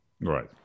Right